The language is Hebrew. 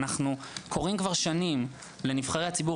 אנחנו רואים את זה שוב ושוב וקוראים כבר שנים לנבחרי הציבור,